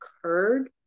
occurred